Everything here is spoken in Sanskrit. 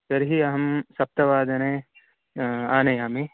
तर्हि अहं सप्तवादने आनयामि